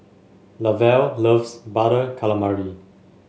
Lavelle loves Butter Calamari